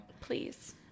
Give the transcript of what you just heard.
Please